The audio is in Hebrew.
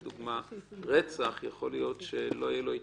לדוגמה רצח, יכול להיות שלא יהיה לו התיישנות.